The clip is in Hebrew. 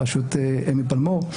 בראשות אמי פלמור,